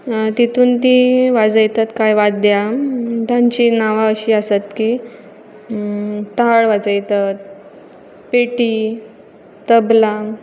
तितून तीं वाजयतात कांय वाद्यां तांची नांवां अशीं आसात की ताळ वाजयतात पेटी तबलां